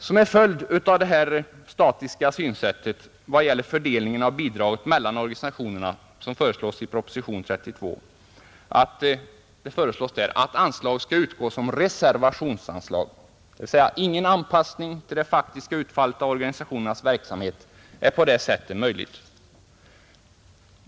Som en följd av det statiska synsättet vad gäller fördelningen av bidragen mellan organisationerna föreslås i propositionen 32 att anslaget skall utgå som reservationsanslag. Ingen anpassning till det faktiska utfallet av organisationernas verksamhet är därmed möjlig.